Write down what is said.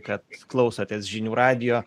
kad klausotės žinių radijo